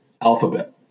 alphabet